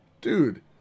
dude